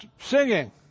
singing